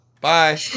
Bye